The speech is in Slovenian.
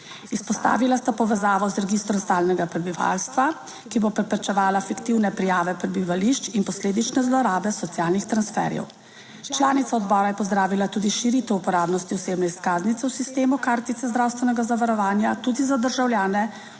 Izpostavila sta povezavo z registrom stalnega prebivalstva, ki bo preprečevala fiktivne prijave prebivališč in posledično zlorabe socialnih transferjev. Članica odbora je pozdravila tudi širitev uporabnosti osebne izkaznice v sistemu kartice zdravstvenega zavarovanja tudi za državljane do